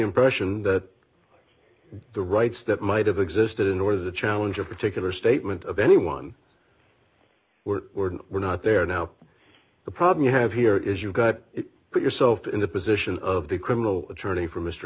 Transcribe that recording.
impression that the rights that might have existed in order to challenge a particular statement of anyone were were were not there now the problem you have here is you got it put yourself in the position of the criminal attorney for m